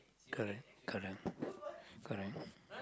correct correct correct